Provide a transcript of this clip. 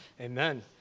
Amen